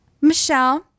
Michelle